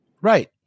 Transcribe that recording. Right